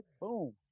boom